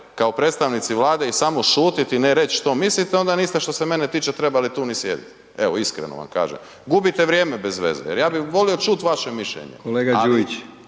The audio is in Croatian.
kao predstavnici Vladi i samo šutit i ne reć što mislite, onda niste što se mene tiče trebali tu ni sjediti, evo iskreno vam kažem, gubite vrijeme bezveze jer ja bi volio čuti vaše mišljenje. …/Upadica